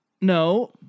No